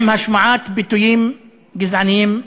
עם השמעת ביטויים גזעניים מעליבים.